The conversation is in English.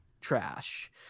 trash